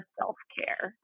self-care